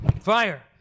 fire